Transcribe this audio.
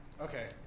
okay